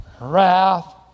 wrath